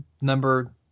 number